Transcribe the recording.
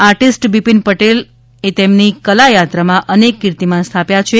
artist Bipin Patel એતેમની કલાયાત્રામાં અનેક કીર્તિમાન સ્થાપ્યા છે